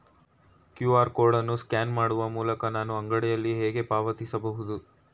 QR code ಅನ್ನು scan ಮಾಡುವ ಮೂಲಕ ನಾನು ಅಂಗಡಿಯಲ್ಲಿ ಹೇಗೆ ಪಾವತಿಸಬಹುದು?